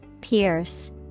Pierce